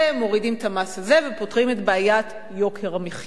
מורידים את המס הזה ופותרים את בעיית יוקר המחיה.